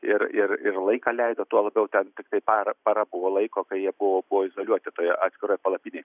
ir ir ir laiką leido tuo labiau ten tiktai parą para buvo laiko kai jie buvo buvo izoliuoti toj atskiroj palapinėj